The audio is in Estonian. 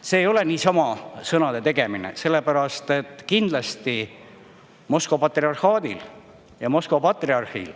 See ei ole niisama sõnade tegemine, sellepärast et Moskva patriarhaadil ja Moskva patriarhil